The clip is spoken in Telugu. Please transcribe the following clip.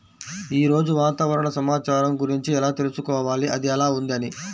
ఈరోజు వాతావరణ సమాచారం గురించి ఎలా తెలుసుకోవాలి అది ఎలా ఉంది అని?